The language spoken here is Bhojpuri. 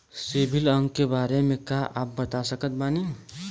सिबिल अंक के बारे मे का आप बता सकत बानी?